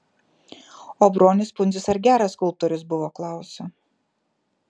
o bronius pundzius ar geras skulptorius buvo klausiu